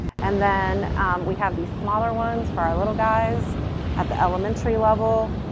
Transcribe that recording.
and then we have these smaller ones for our little guys at the elementary level.